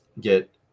get